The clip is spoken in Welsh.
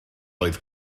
oedd